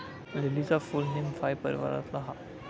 लीलीचा फूल नीमफाई परीवारातला हा